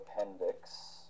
Appendix